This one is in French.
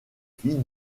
fille